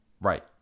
Right